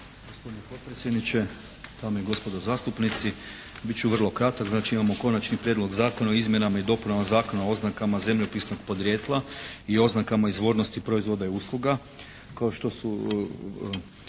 gospodine potpredsjedniče, dame i gospodo zastupnici. Bit ću vrlo kratak. Znači imamo Konačni prijedlog Zakona o izmjenama i dopunama Zakona o oznakama zemljopisnog podrijetla i oznakama izvornosti proizvoda i usluga.